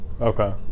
Okay